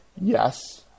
yes